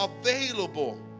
available